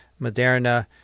Moderna